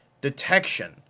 detection